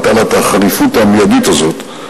היתה לה החריפות המיידית הזאת.